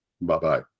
Bye-bye